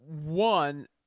one